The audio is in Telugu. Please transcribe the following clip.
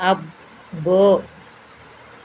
అబ్బో